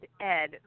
Ed